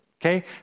okay